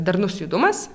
darnus judumas